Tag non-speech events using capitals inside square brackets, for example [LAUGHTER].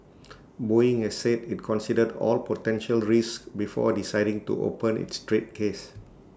[NOISE] boeing has said IT considered all potential risks before deciding to open its trade case